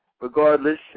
regardless